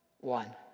One